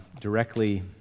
directly